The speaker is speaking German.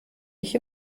ich